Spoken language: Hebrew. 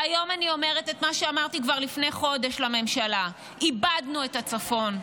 והיום אני אומרת את מה שאמרתי כבר לפני חודש לממשלה: איבדנו את הצפון.